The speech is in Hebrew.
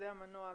זה המנוע,